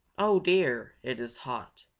oh dear, it is hot!